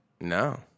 No